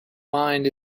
mind